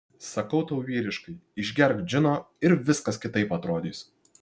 sakau tau vyriškai išgerk džino ir viskas kitaip atrodys